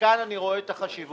ומכאן אני רואה את החשיבות.